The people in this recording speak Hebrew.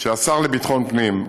שהשר לביטחון פנים,